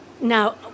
Now